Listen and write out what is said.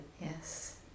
Yes